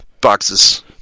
boxes